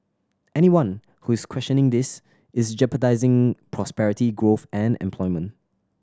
anyone who is questioning this is jeopardising prosperity growth and employment